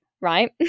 right